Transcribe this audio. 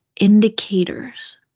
indicators